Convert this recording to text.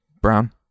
Brown